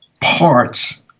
parts